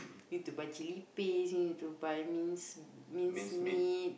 need to buy chilli paste you need to buy minced minced meat